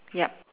yup